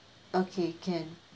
okay can